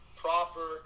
proper